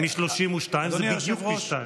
מ-32 זה בדיוק פי שניים.